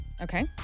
Okay